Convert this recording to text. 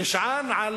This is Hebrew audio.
שנשען על